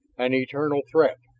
an eternal threat.